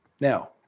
Now